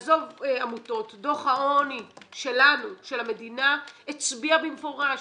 דוח העוני שלנו של המדינה הצביע במפורש